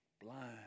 Blind